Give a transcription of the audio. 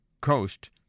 coast